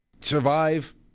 Survive